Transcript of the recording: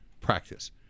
practice